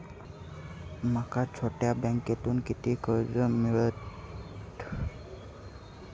माका छोट्या बँकेतून किती कर्ज मिळात?